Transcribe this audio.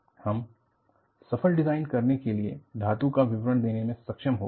हम सफल डिज़ाइन करने के लिए धातु का विवरण देने में सक्षम हो गए हैं